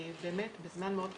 באמת בזמן מאוד קצר,